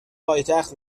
پایتخت